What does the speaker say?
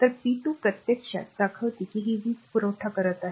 तर p2 प्रत्यक्षात दाखवते की ती वीज पुरवठा करत आहे